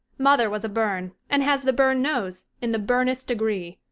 mother was a byrne and has the byrne nose in the byrnest degree.